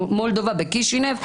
במולדובה בקישינב,